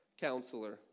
Counselor